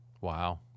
Wow